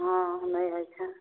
हँ नहि होयत छनि